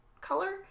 color